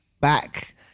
back